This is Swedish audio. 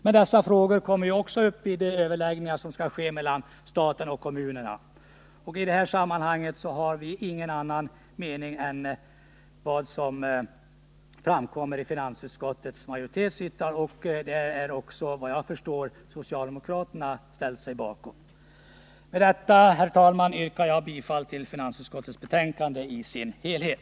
Men dessa frågor kommer också upp vid de överläggningar som skall ske mellan staten och kommunerna. I det sammanhanget har jag ingen annan mening än vad som framgår av finansutskottets majoritets yttrande, och det har vad jag förstår socialdemokraterna ställt sig bakom. Herr talman! Därmed yrkar jag bifall till finansutskottets hemställan i dess helhet.